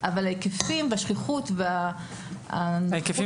אבל ההיקפים והשכיחות הם דומים.